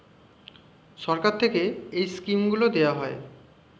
সরকার থেকে এই স্কিমগুলো দেওয়া হয়